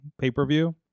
pay-per-view